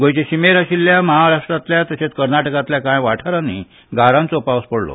गोंयचे शिमेर आशिल्ल्या महाराष्ट्रांतल्या तशेंच कर्नाटकांतल्या कांय वाठारांनी गारांचो पावस पडलो